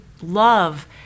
love